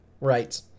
Right